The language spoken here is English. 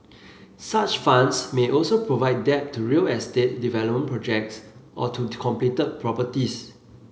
such funds may also provide debt to real estate development projects or to completed properties